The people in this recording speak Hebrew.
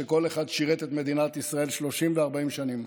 שכל אחד שירת את מדינת ישראל 30 ו-40 שנים,